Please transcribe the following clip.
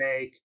make